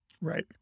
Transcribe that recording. Right